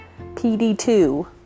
PD2